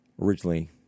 originally